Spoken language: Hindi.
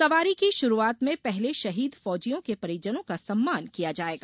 सवारी की शुरूआत में पहले शहीद फौजियों के परिजनों का सम्मान किया जायेगा